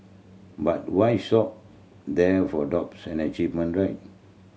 but why there for doubts achievement right